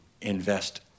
invest